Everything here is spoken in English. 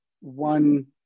one